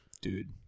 Dude